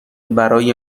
برای